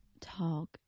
talk